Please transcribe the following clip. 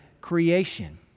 creation